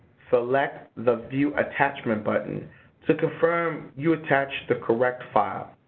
select the view attachment button to confirm you attached the correct file.